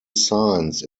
signs